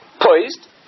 poised